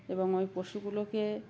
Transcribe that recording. এবং ওই পশুগুলোকে